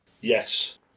yes